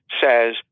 says